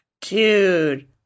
dude